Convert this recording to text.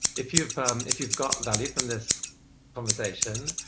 if you've um if you've got value from this conversation,